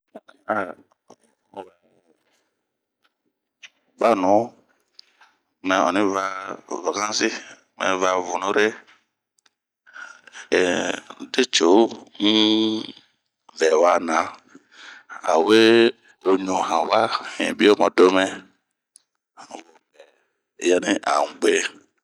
N'aa waaa, baanuu! mɛ ɔnni va vakansi, a va vunure, ehh, de ce'u un vɛwa na, ao we, oɲu han wa, hinbio mq domɛ wopɛɛ yani an gue.